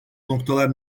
noktalar